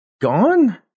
gone